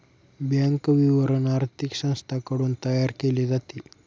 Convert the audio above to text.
bank विवरण आर्थिक संस्थांकडून तयार केले जाते